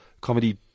comedy